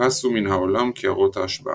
פסו מן העולם קערות ההשבעה.